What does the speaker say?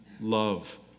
love